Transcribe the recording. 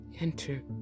enter